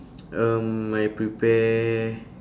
um I prepare